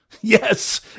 Yes